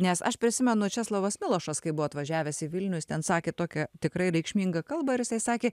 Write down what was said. nes aš prisimenu česlovas milošas kai buvo atvažiavęs į vilnių jis ten sakė tokią tikrai reikšmingą kalbą ir jisai sakė